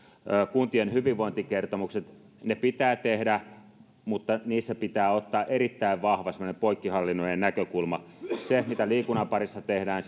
kuntien hyvinvointikertomukset ne pitää tehdä mutta niissä pitää ottaa erittäin vahva poikkihallinnollinen näkökulma sillä mitä liikunnan parissa tehdään